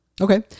Okay